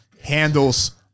handles